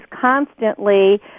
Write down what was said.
constantly